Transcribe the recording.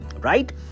right